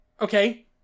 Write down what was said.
Okay